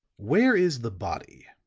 where is the body?